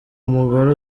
umugore